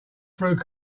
through